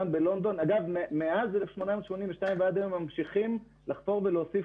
מאז 1882 ועד היום ממשיכים לחפור ולהוסיף